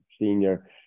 senior